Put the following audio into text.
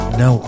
no